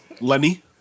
Lenny